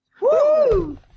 Woo